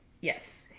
Yes